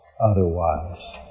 otherwise